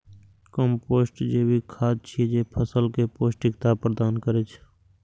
compost जैविक खाद छियै, जे फसल कें पौष्टिकता प्रदान करै छै